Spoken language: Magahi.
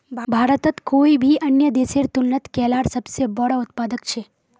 भारत कोई भी अन्य देशेर तुलनात केलार सबसे बोड़ो उत्पादक छे